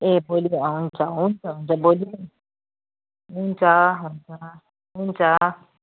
ए भोलि अँ हुन्छ हुन्छ हुन्छ भोलि हुन्छ हुन्छ हुन्छ